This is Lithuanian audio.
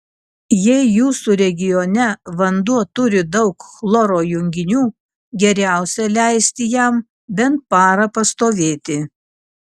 jei jūsų regione vanduo turi daug chloro junginių geriausia leisti jam bent parą pastovėti